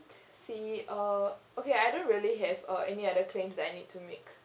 see uh okay I don't really have uh any other claims that I need to make